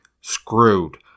screwed